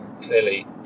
clearly